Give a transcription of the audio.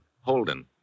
Holden